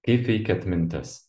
kaip veikia atmintis